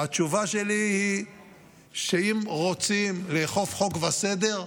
התשובה שלי היא שאם רוצים לאכוף חוק וסדר,